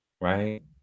Right